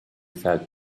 felt